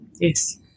Yes